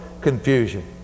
confusion